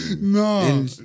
No